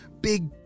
big